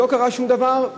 עוד לא קרה שום דבר,